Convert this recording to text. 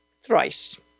thrice